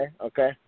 okay